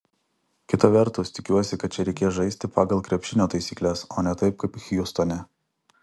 kita vertus tikiuosi kad čia reikės žaisti pagal krepšinio taisykles o ne taip kaip hjustone